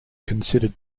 considered